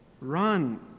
Run